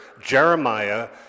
Jeremiah